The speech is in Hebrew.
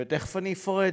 ותכף אני גם אפרט,